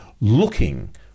looking